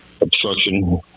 obstruction